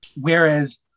Whereas